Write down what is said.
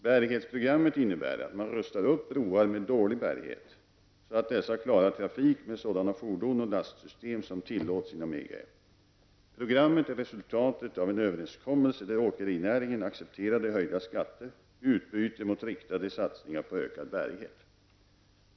Bärighetsprogrammet innebär att man rustar upp broar med dålig bärighet, så att dessa klarar trafik med sådana fordon och lastsystem som tillåts inom EG. Programmet är resultatet av en överenskommelse, i vilken åkerinäringen accepterade höjda skatter i utbyte mot riktade satsningar på ökad bärighet.